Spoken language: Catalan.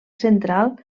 central